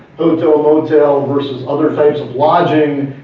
hotel, motel versus other types of lodging.